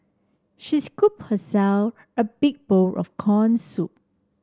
she scoop herself a big bowl of corn soup